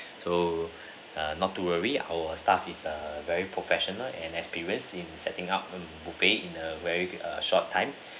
so not to worry our staff is err very professional and experienced in setting up buffet in a very err short time